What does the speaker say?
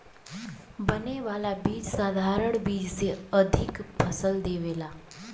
बने वाला बीज साधारण बीज से अधिका फसल देवेला